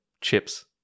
chips